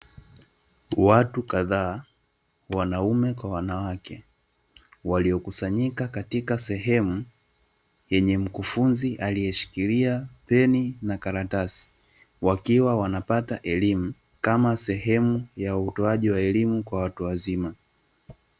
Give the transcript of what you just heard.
Watu kadhaa, wanaume kwa wanawake, waliokusanyika katika sehemu yenye mkufunzi aliyeshikilia, peni na karatasi, wakiwa wanapata elimu kama sehemu ya utoaji wa elimu kwa watu wazima.